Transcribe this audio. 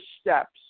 steps